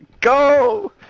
go